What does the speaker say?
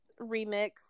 remix